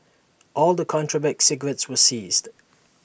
all the contraband cigarettes were seized